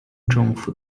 政府